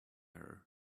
error